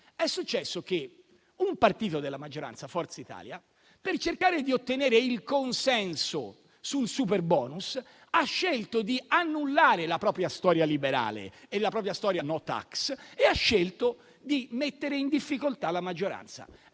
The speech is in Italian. è successo che un partito della maggioranza, Forza Italia, per cercare di ottenere il consenso sul superbonus, ha scelto di annullare la propria storia liberale e la propria storia *no tax*, decidendo di mettere in difficoltà la maggioranza.